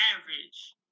average